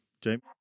James